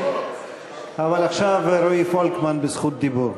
אבל עכשיו רועי פולקמן ברשות דיבור.